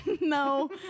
No